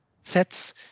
sets